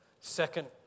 Second